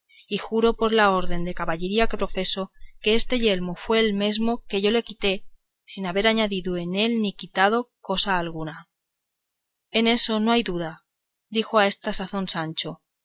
y juro por la orden de caballería que profeso que este yelmo fue el mismo que yo le quité sin haber añadido en él ni quitado cosa alguna en eso no hay duda dijo a esta sazón sancho